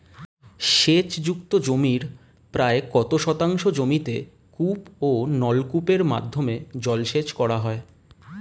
সেচ যুক্ত জমির প্রায় কত শতাংশ জমিতে কূপ ও নলকূপের মাধ্যমে জলসেচ করা হয়?